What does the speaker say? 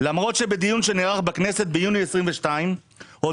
למרותש בדיון שנערך בכנסת ביוני 2022 הודיע